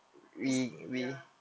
it's ya